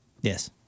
Yes